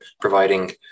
providing